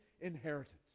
inheritance